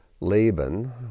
Laban